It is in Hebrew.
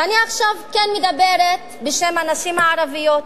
ואני עכשיו כן מדברת בשם הנשים הערביות,